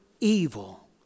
evil